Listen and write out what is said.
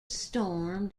storm